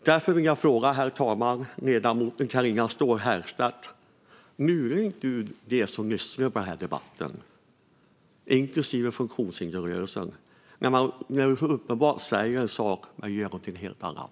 Därför vill jag fråga ledamoten Carina Ståhl Herrstedt: Lurar inte du dem som lyssnar på den här debatten, inklusive funktionshindersrörelsen, när du så uppenbart säger en sak men gör något helt annat?